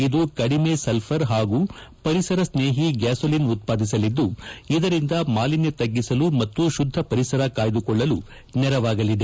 ಇದು ಕಡಿಮೆ ಸಲ್ಪರ್ ಹಾಗೂ ಪರಿಸರಸ್ನೇಹಿ ಗ್ಯಾಸೋಲಿನ್ ಉತ್ವಾದಿಸಲಿದ್ದು ಇದರಿಂದ ಮಾಲಿನ್ಯ ತಗ್ಗಿಸಲು ಮತ್ತು ಶುದ್ದ ಪರಿಸರ ಕಾಯ್ದುಕೊಳ್ಳಲು ನೆರವಾಗಲಿದೆ